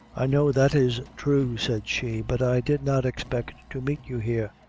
i know that is true, said she but i did not expect to meet you here.